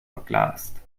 verglast